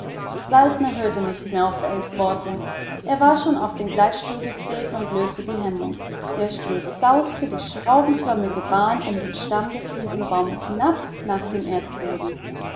hörte nicht mehr auf ells worte er war schon auf den gleitstuhl getreten und löste die hemmung der stuhl sauste die schraubenförmige bahn um den stamm des riesenbaumes hinab nach dem erdboden